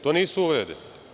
To nisu uvrede.